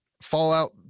fallout